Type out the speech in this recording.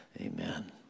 Amen